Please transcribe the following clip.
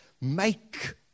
make